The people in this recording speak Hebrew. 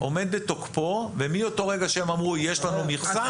עומד בתוקפו ומאותו רגע שהם אמרו יש לנו מכסה,